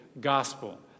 gospel